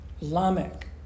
Lamech